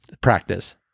Practice